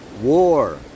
war